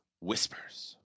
whispers